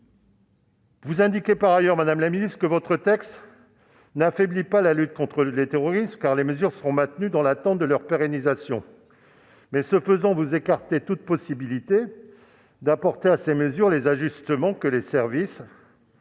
Vous indiquez par ailleurs, madame la ministre, que votre texte n'affaiblit pas la lutte contre le terrorisme, car les mesures seront maintenues dans l'attente de leur pérennisation. Mais, ce faisant, vous écartez toute possibilité de leur apporter les ajustements que les services